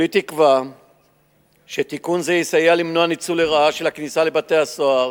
כולי תקווה שתיקון זה יסייע למנוע ניצול לרעה של הכניסה לבתי-סוהר